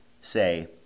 say